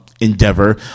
endeavor